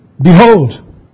Behold